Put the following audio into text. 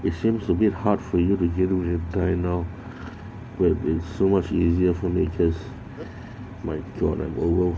it seems a bit hard for you to gain weight and die now but it's so much easier for me cause my god I'm over